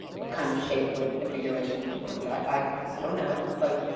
what kind of shape would, configuration would emerge? i, i, i don't know. like,